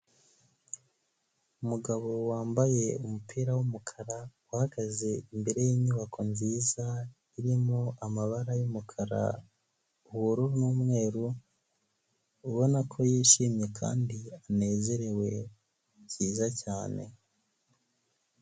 Umugabo wambaye umupira w'umukara uhagaze imbere yinyubako nziza irimo amabara y'umukara, ubururu n'umweru, ubona ko yishimye kandi anezerewe byiza cyane.